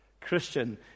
Christian